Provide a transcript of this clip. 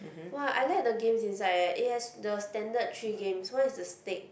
[wah] I like the games inside eh it has the standard three games one is the stake